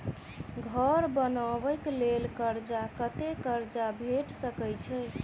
घर बनबे कऽ लेल कर्जा कत्ते कर्जा भेट सकय छई?